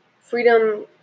Freedom